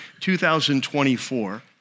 2024